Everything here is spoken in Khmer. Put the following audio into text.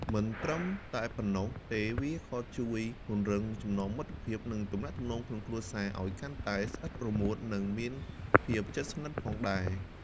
មិនត្រឹមតែប៉ុណ្ណោះទេវាក៏ជួយពង្រឹង ចំណងមិត្តភាព និងទំនាក់ទំនងក្នុងគ្រួសារ ឱ្យកាន់តែស្អិតរមួតនឹងមានភាពជិតស្និតផងដែរ ។